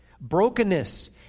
Brokenness